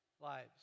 lives